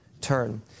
turn